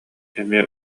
эмиэ